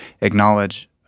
acknowledge